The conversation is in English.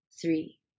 three